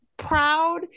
proud